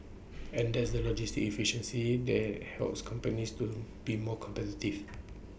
and that's the logistic efficiency that helps companies to be more competitive